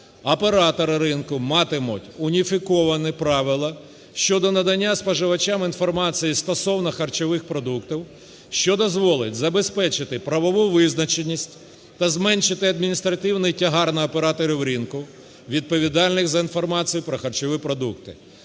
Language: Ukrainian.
Оператори ринку матимуть уніфіковані правила щодо надання споживачам інформації стосовно харчових продуктів, що дозволить забезпечити правову визначеність та зменшити адміністративний тягар на операторів ринку, відповідальних за інформацію про харчові продукти.